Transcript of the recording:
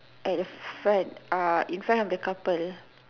at the front uh in front of the couple